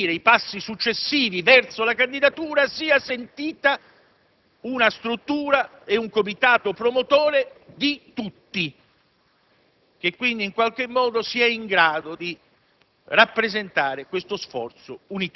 della struttura del comitato che dovrà seguire i passi successivi verso la candidatura sia sentito come un'organizzazione e un comitato promotore di tutti,